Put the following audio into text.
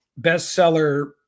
bestseller